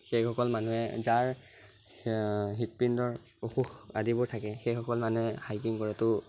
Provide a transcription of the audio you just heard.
সেইসকল মানুহে যাৰ হৃদপিণ্ডৰ অসুখ আদিবোৰ থাকে সেইসকল মানে হাইকিং কৰাতো